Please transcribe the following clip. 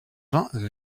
vingt